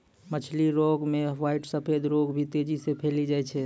मछली रोग मे ह्वाइट स्फोट रोग भी तेजी से फैली जाय छै